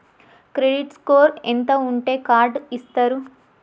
Credit score ఎంత ఉంటే card ఇస్తారు?